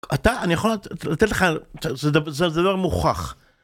אתה אני יכול לתת לך לדבר מוכרח.